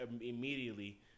immediately